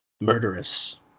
murderous